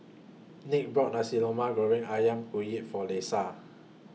Nick bought Nasi Goreng Ayam Kunyit For Leisa